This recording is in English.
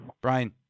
Brian